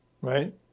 Right